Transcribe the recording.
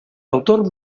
autor